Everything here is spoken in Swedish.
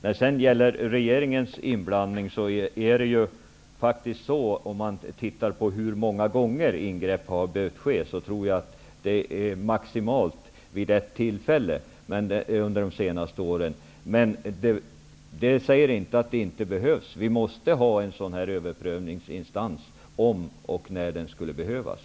Om man tittar på hur många gånger ingrepp från regeringen har behövt ske finner man att det är vid maximalt ett tillfälle under de senaste åren. Men det säger inte att det inte behövs en överprövningsinstans. Vi måste ha en sådan om och när den skulle behövas.